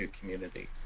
community